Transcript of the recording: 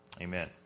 Amen